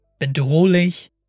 Bedrohlich